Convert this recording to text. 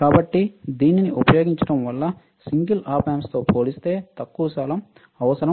కాబట్టి దీనిని ఉపయోగించడం వల్ల సింగిల్ ఆప్ ఆంప్స్తో పోలిస్తే తక్కువ స్థలం అవసరం